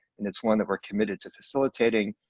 and it's one that we're committed to facilitating,